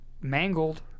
mangled